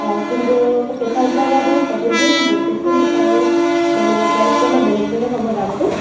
অঁ কিন্তু চোফাবিলাকৰ আপোনাক ফটো দিম প্ৰত্যেকখন চোফাৰ মানে প্ৰাইচটো অলপ বেলেগ বেলেগ হ'ব দামটো